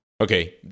Okay